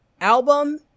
album